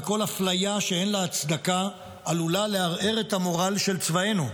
וכל אפליה שאין לה הצדקה עלולה לערער את המורל של צבאנו.